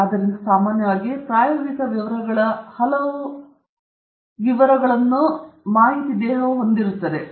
ಆದ್ದರಿಂದ ಸಾಮಾನ್ಯವಾಗಿ ಪ್ರಾಯೋಗಿಕ ವಿವರಗಳ ಹಲವು ನಿಮಗೆ ಪ್ರಾಯೋಗಿಕ ವಿವರಗಳನ್ನು ಹೊಂದಿರುತ್ತದೆ